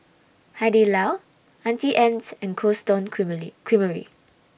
Hai Di Lao Auntie Anne's and Cold Stone Creamery